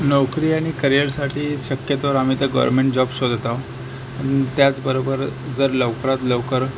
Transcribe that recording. नोकरी आणि करिअरसाठी शक्यतो आम्ही तर गोवरमेंट जॉब शोधत आहो त्याचबरोबर जर लवकरात लवकर